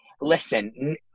listen